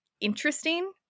interesting